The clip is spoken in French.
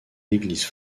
églises